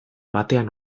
batean